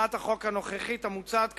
הצעת החוק הנוכחית, המוצעת כאן,